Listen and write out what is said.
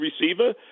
receiver